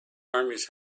armies